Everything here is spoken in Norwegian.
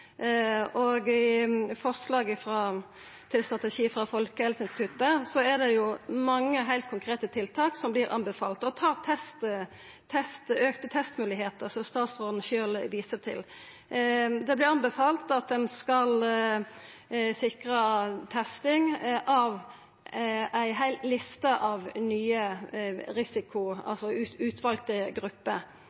det mange heilt konkrete tiltak som vert anbefalte. Ta f.eks. auka testmoglegheiter, som statsråden sjølv viser til: Det vert anbefalt at ein skal sikra testing av ei heil liste av